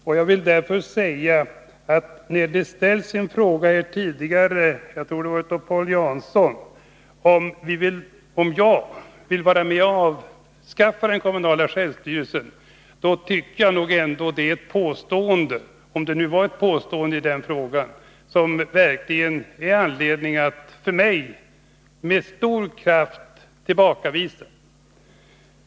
När Paul Jansson tidigare påstod — om det nu var ett påstående — att jag vill vara med om att avskaffa den kommunala självstyrelsen, så har jag anledning att med stor kraft tillbakavisa detta.